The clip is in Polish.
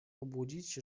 obudzić